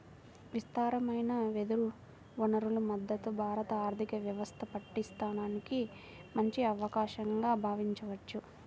విస్తారమైన వెదురు వనరుల మద్ధతు భారత ఆర్థిక వ్యవస్థ పటిష్టానికి మంచి అవకాశంగా భావించవచ్చు